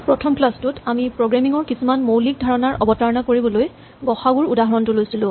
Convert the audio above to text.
প্ৰথম ক্লাচ টোত আমি প্ৰগ্ৰেমিং ৰ কিছুমান মৌলিক ধাৰণাৰ অৱতাৰণা কৰিবলৈ গ সা উ ৰ উদাহৰণটো লৈছিলো